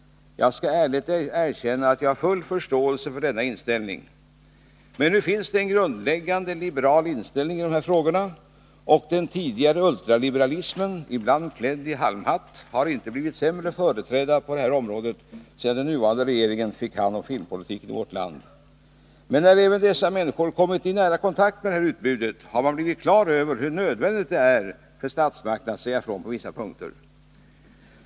Jag skall ärligt erkänna att jag har full förståelse för denna inställning. Men nu finns det en grundläggande liberal inställning i dessa frågor, och den tidigare ultraliberalismen — ibland klädd i halmhatt — har inte blivit sämre företrädd på detta område sedan den nuvarande regeringen fick hand om filmpolitiken i vårt land. Men när även dessa människor kommit i nära kontakt med detta utbud har man blivit på det klara med hur nödvändigt det är för statsmakterna att säga ifrån på vissa punkter.